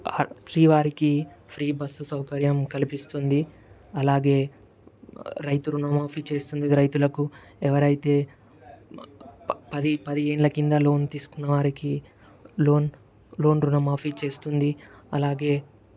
వారికి free bus సౌకర్యం కల్పిస్తుంది అలాగే రైతు ఋణ మాఫీ చేస్తుంది రైతులకు ఎవరైతే పది పదేండ్ల కింద లోన్ తీసుకున్న వారికి లోన్ లోన్ ఋణ మాఫీ చేస్తుంది అలాగే